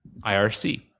IRC